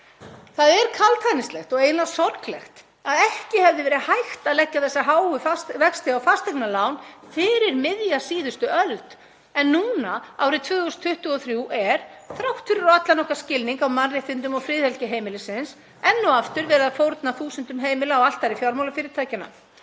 Það er kaldhæðnislegt og eiginlega sorglegt að ekki hefði verið hægt að leggja þessa háu vexti á fasteignalán fyrir miðja síðustu öld en núna árið 2023, þrátt fyrir allan okkar skilning á mannréttindum og friðhelgi heimilisins, er enn og aftur verið að fórna þúsundum heimila á altari fjármálafyrirtækjanna.